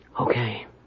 Okay